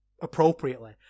appropriately